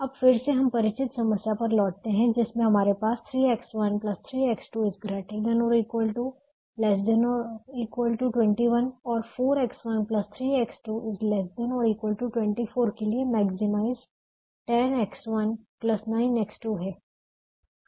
अब फिर से हम परिचित समस्या पर लौटते हैं जिसमें हमारे पास 3X1 3X2 ≥≤ 21 और 4X1 3X2 ≤ 24 के लिए मैक्सिमाइज 10X1 9X2 हैं